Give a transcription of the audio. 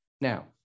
now